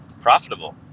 profitable